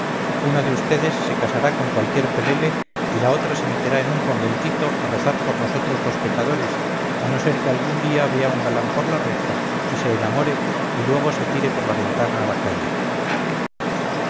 una de vds se casará con cualquier pelele y la otra se meterá en un conventito a rezar por nosotros los pecadores a no ser que algún día vea un galán por la reja y se enamore y luego se tire por la ventana a la calle